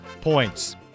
points